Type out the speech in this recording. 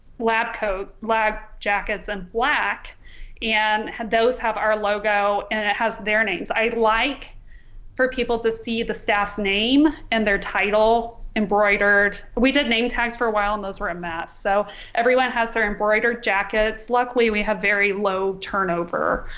lab coat black jackets in black and had those have our logo and it it has their names i like for people to see the staffs name and their title embroidered. we did name tags for a while and those were a mess so everyone has their embroidered jackets luckily we have very low turnover